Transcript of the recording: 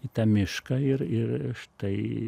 į tą mišką ir ir štai